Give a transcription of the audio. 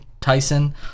Tyson